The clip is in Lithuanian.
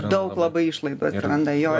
daug labai išlaidų atsiranda jo